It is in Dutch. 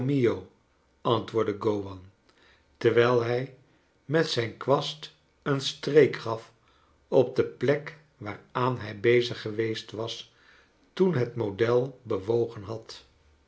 gowan terwijl hij met zijn kwast ecu streek gaf op de plek waaraan hij bezig geweest was toen het model bewogen had